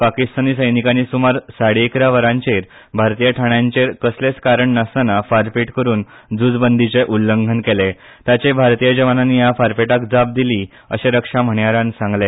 पाकिस्तानी सैनिकांनी सुमार साडे इकरा वरांचेर भारतीय ठाण्यांचेर कसलेच कारण नासताना फारपेट करून झूंज बंदीचे उल्लंघन केले ताचे भारतीय जवानांनी ह्या फारपेटाक जाप दिली अशें रक्षा म्हणयारान सांगले